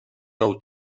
nou